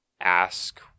ask